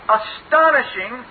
astonishing